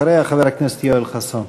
אחריה, חבר הכנסת יואל חסון.